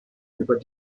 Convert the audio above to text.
über